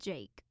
Jake